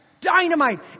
Dynamite